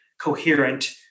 coherent